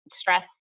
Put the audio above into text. stress